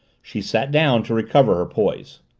she sat down to recover her poise.